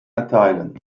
erteilen